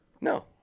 No